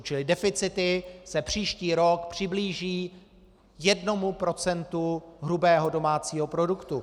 Čili deficity se příští rok přiblíží 1 % hrubého domácího produktu.